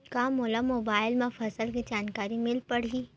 का मोला मोबाइल म फसल के जानकारी मिल पढ़ही?